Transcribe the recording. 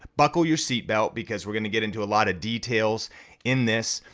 buckle your seatbelt because we're gonna get into a lot of details in this.